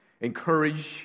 encourage